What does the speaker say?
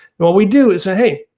what we do is say hey,